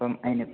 അപ്പം അതിന്